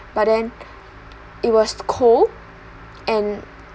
but then it was cold and